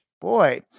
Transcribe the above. boy